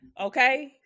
Okay